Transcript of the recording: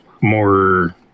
more